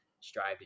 strive